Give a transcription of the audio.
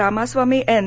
Ramaswamy N